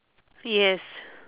yes